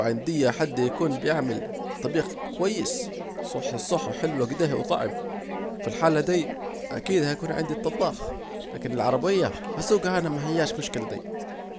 عنديا حد يكون بيعمل طبيخ كويس حلو اكده وصح الصح وطعم، في الحالة دي أكيد هيكون عندي الطباخ، لكن العربية هسوجها انا ماهياش مشكلة دي